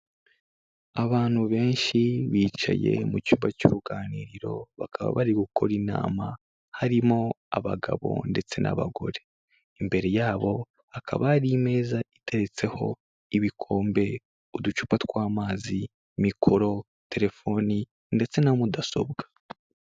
Abantu benshi bicaye mu cyumba cy'uruganiriro bakaba bari gukora inama harimo abagabo ndetse n'abagore. Imbere yabo akaba hari meza itetseho ibikombe uducupa, tw'amazi, mikoro, telefoni ndetse na mudasobwa.